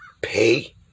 pay